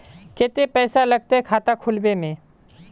केते पैसा लगते खाता खुलबे में?